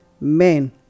men